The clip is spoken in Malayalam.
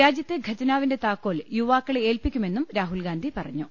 രാജ്യത്തെ ഖജനാവിന്റെ താക്കോൽ യുവാക്കളെ ഏൽപിക്കുമെന്നും രാഹുൽഗാന്ധി പറഞ്ഞു